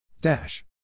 Dash